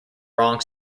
wrong